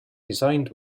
designed